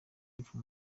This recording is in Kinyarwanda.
y’epfo